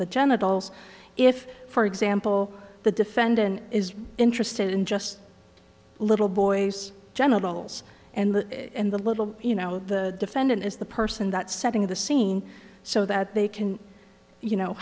the genitals if for example the defendant is interested in just a little boy's genitals and the little you know the defendant is the person that setting the scene so that they can you know